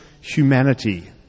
humanity